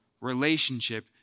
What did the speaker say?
relationship